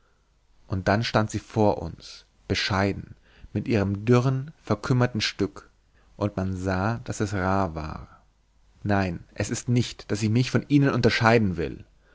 und dann stand sie vor uns bescheiden mit ihrem dürren verkümmerten stück und man sah daß es rar war nein es ist nicht daß ich mich von ihnen unterscheiden will